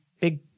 big